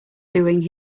doing